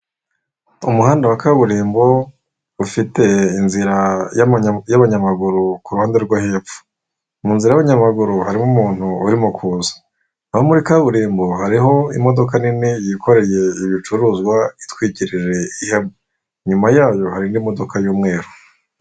Umuhanda wa kaburimbo ufite inzira y'abanyamaguru ku ruhande rwo hepfo, mu nzira y'abanyamaguru harimo umuntu urimo kuza, naho muri kaburimbo hariho imodoka nini yikoreye ibicuruzwa itwikiriye, inyuma yayo hari indi modoka y'umweru.